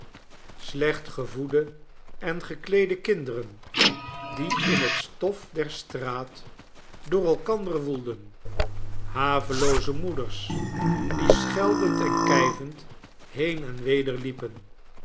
slecht gevoede en gekleede kinderen die in het stof der straat door elkander woelden havelooze moeders die scheldend en kijvend heen en weder liepen